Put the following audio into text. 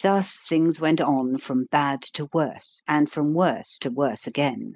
thus things went on from bad to worse, and from worse to worse again